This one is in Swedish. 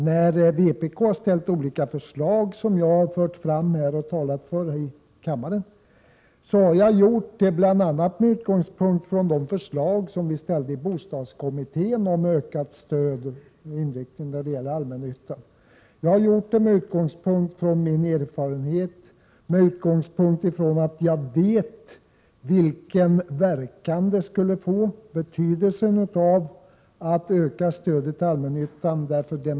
När vpk har väckt olika förslag som jag har fört fram och talat för i kammaren har jag gjort det med utgångspunkt bl.a. i de förslag som vi väckte i bostadskommittén om ökat stöd till och inriktningen när det gäller allmännyttan. Jag har gjort det, eftersom jag av erfarenhet vet vilken verkan och betydelse det skulle få på hela hyresmarknaden om man ökade stödet till allmännyttan.